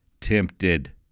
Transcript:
tempted